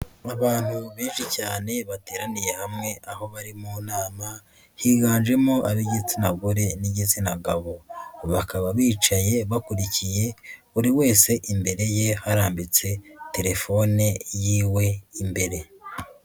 Abantu benshi cyane bateraniye hamwe aho bari mu nama, higanjemo ab'igitsina gore n'igitsina gabo, bakaba bicaye bakurikiye, buri wese imbere ye harambitse telefone y'iwe imbere.